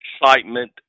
excitement